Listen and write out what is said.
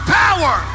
power